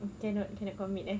cannot cannot commit eh